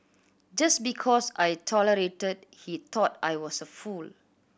just because I tolerated he thought I was a fool